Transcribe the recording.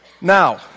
now